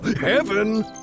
Heaven